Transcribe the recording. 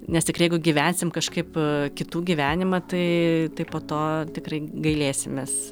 nes tikrai jeigu gyvensim kažkaip kitų gyvenimą tai tai po to tikrai gailėsimės